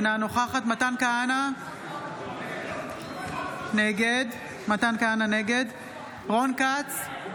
אינה נוכחת מתן כהנא, נגד רון כץ,